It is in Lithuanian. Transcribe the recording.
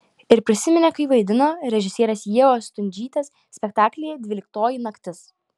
ir prisiminė kai vaidino režisierės ievos stundžytės spektaklyje dvyliktoji naktis